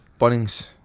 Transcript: Bunnings